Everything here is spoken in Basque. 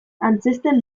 antzezten